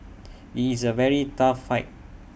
IT is A very tough fight